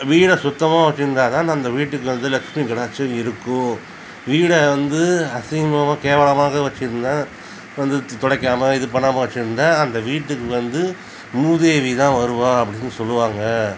வீடை சுத்தமாக வச்சியிருந்தாதான் அந்த வீட்டுக்கு வந்து லட்சுமி கடாக்ஷகம் இருக்கும் வீடை வந்து அசிங்கமாகவோ கேவலமாக வச்சியிருந்தா வந்து தொடைக்காமல் இது பண்ணாமல் வச்சியிருந்தா அந்த வீட்டுக்கு வந்து மூதேவிதான் வருவா அப்படின்னு சொல்லுவாங்க